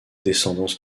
descendance